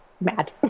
mad